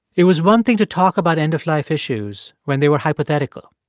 it was one thing to talk about end-of-life issues when they were hypothetical.